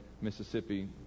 Mississippi